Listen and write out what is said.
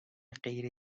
غیر